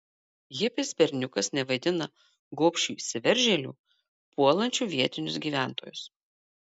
hipis berniukas nevaidina gobšių įsiveržėlių puolančių vietinius gyventojus